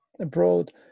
abroad